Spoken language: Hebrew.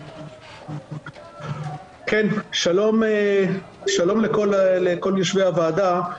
שלום לכל יושבי הוועדה.